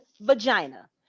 vagina